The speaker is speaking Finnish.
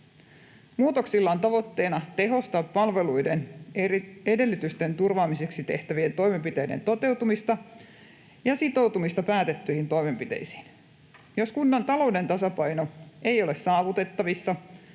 Muutoksilla on tavoitteena tehostaa palveluiden edellytysten turvaamiseksi tehtävien toimenpiteiden toteutumista ja sitoutumista päätettyihin toimenpiteisiin. Jos kunnan talouden tasapaino ei ole saavutettavissa